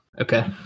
Okay